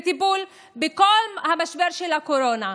בטיפול בכל המשבר של הקורונה,